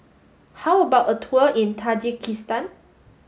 how about a tour in Tajikistan